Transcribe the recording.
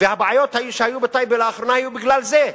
והבעיות שהיו בטייבה לאחרונה היו בגלל זה,